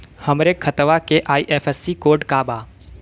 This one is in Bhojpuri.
हमरे खतवा के आई.एफ.एस.सी कोड का बा?